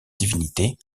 divinité